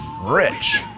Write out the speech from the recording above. Rich